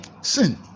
Sin